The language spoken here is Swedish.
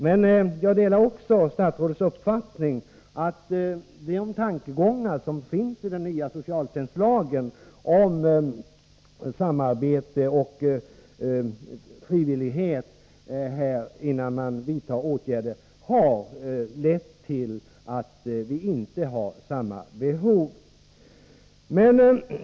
Men jag delar också statsrådets uppfattning att de tankegångar som finns i den nya socialtjänstlagen om samarbete och frivillighet innan man vidtar åtgärder har lett till att vi inte har samma behov som tidigare.